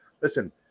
listen